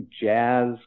jazz